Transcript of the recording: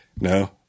No